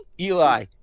Eli